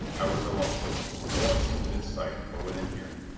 i was alone no one seemed in sight, or within hearing.